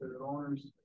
owners